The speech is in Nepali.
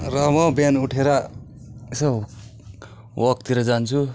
र म बिहान उठेर यसो वकतिर जान्छु